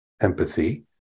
empathy